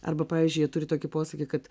arba pavyzdžiui turi tokį posakį kad